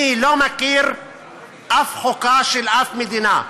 אני לא מכיר אף חוקה של אף מדינה,